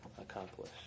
accomplish